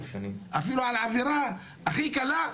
אפילו על עבירה הכי קלה,